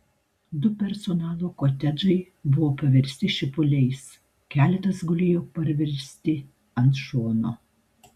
du personalo kotedžai buvo paversti šipuliais keletas gulėjo parversti ant šono